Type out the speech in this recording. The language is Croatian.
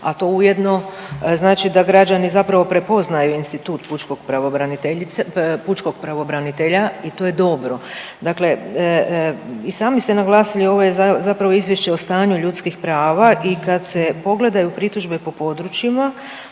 a to ujedno znači da građani zapravo prepoznaju institut pučkog pravobraniteljice, pučkog pravobranitelja i to je dobro. Dakle i sami ste naglasili ovo je zapravo izvješće o stanju ljudskim prava i kad se pogledaju pritužbe po područjima